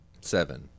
Seven